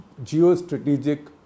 geostrategic